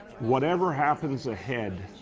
whatever happens ahead,